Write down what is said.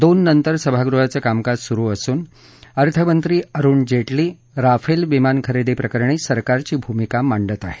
दोननंतर सभागृहाचं कामकाज सुरु असून अर्थमंत्री अरूण जेटली राफेल विमान खरेदी प्रकरणी सरकारची भूमिका मांडत आहेत